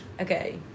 Okay